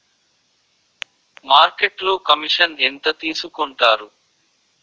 మార్కెట్లో కమిషన్ ఎంత తీసుకొంటారు?